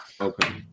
Okay